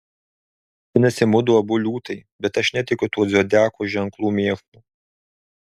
vadinasi mudu abu liūtai bet aš netikiu tuo zodiako ženklų mėšlu